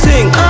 Sing